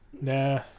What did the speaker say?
nah